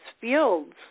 fields